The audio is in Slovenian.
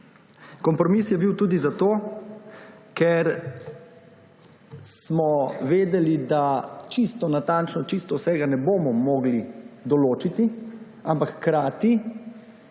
kompromis je bil tudi zato, ker smo vedeli, da natančno čisto vsega ne bomo mogli določiti, ampak hkrati